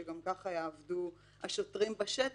שגם ככה יעבדו השוטרים בשטח,